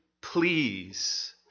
please